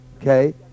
Okay